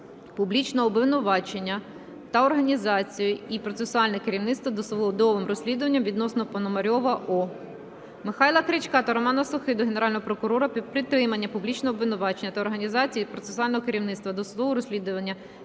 публічного обвинувачення та організацію і процесуальне керівництво досудовими розслідуваннями відносно Пономарьова О. Михайла Крячка та Романа Сохи до Генерального прокурора про підтримання публічного обвинувачення та організацію і процесуальне керівництво досудовими розслідуваннями